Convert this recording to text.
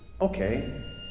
Okay